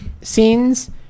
scenes